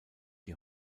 die